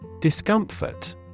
Discomfort